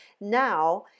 Now